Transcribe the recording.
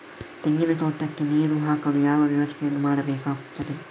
ತೆಂಗಿನ ತೋಟಕ್ಕೆ ನೀರು ಹಾಕಲು ಯಾವ ವ್ಯವಸ್ಥೆಯನ್ನು ಮಾಡಬೇಕಾಗ್ತದೆ?